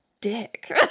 dick